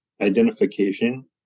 identification